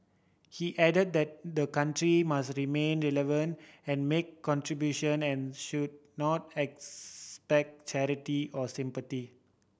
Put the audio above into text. he added that the country must remain relevant and make contribution and should not expect charity or sympathy